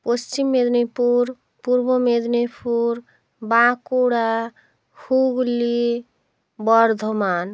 পশ্চিম মেদিনীপুর পূর্ব মেদিনীপুর বাঁকুড়া হুগলি বর্ধমান